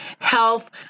health